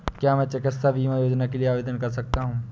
क्या मैं चिकित्सा बीमा योजना के लिए आवेदन कर सकता हूँ?